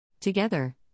Together